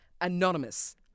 anonymous